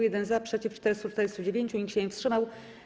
1 - za, przeciw - 449, nikt się nie wstrzymał.